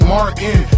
Martin